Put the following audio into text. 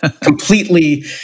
completely